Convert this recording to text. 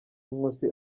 nkusi